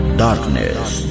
darkness